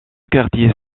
quartier